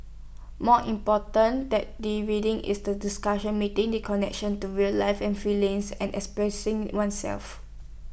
more important than the reading is the discussion making the connections to real life and feelings and expressing oneself